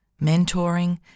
mentoring